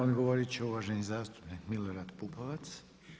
Odgovorit će uvaženi zastupnik Milorad Pupovac.